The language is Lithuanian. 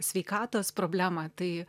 sveikatos problemą tai